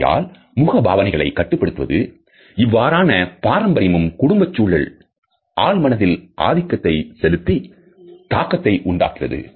ஆகையால் முகபாவனைகளை கட்டுப்படுத்துவது இவ்வாறான பாரம்பரியமும் குடும்பச் சூழல் ஆழ்மனதில் ஆதிக்கத்தை செலுத்தி தாக்கத்தை உண்டாக்குகிறது